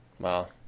Wow